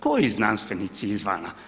Koji znanstvenici izvana?